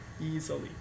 easily